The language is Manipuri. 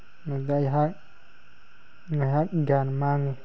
ꯃꯗꯨꯗ ꯑꯩꯍꯥꯛ ꯉꯥꯏꯍꯥꯛ ꯒ꯭ꯌꯥꯟ ꯃꯥꯡꯉꯤ